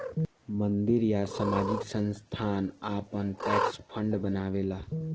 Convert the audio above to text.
मंदिर या सामाजिक संस्थान आपन ट्रस्ट फंड बनावेला